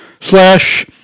slash